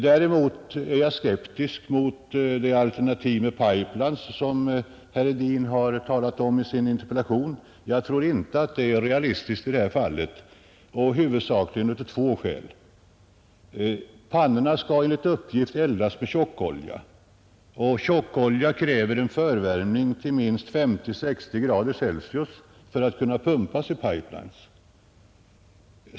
Däremot är jag skeptisk emot det alternativ med pipe-lines som herr Hedin har talat om i sin interpellation. Jag tror inte det är realistiskt i detta fall, huvudsakligen av två skäl. Pannorna skall enligt uppgift eldas med tjockolja, och tjockolja kräver förvärmning till minst 50—60 grader Celsius för att kunna pumpas i pipe-lines.